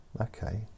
Okay